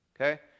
Okay